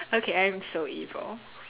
okay I'm so evil